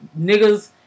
niggas